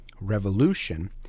revolution